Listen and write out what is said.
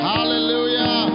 Hallelujah